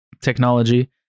technology